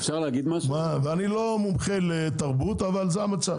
אני לא מומחה לתרבות, אבל זה המצב.